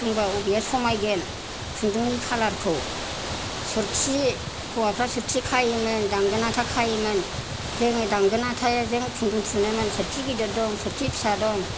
सोंबा बबेया समायगोन खुन्दुंनि खालारखौ सोरखि हौवाफ्रा सोरखि खायोमोन दांगोन आथा खायोमोन जोङो दांगोन आथाजों खुन्दुं थुनोमोन सोरखि गिदिर दं सोरखि फिसा दं